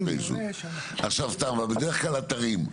עכשיו, בדרך כלל אתרים,